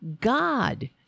God